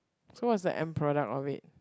so what's the end product of it